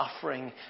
suffering